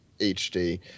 HD